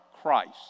Christ